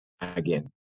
again